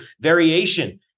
variation